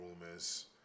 rumors